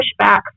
pushback